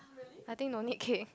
I think no need cake